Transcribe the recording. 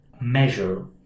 measure